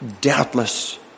doubtless